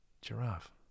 Giraffe